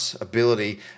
ability